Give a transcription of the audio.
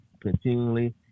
continually